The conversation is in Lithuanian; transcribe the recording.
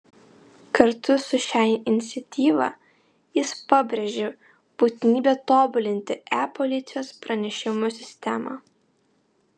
kartu su šia iniciatyva jis pabrėžia būtinybę tobulinti e policijos pranešimų sistemą